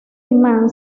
imán